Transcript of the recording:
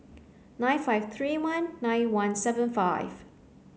nine five three one nine one seven five